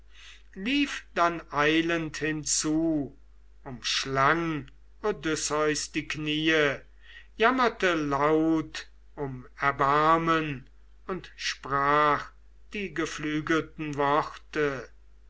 lief dann eilend hinzu umschlang odysseus die kniee jammerte laut um erbarmen und sprach die geflügelten worte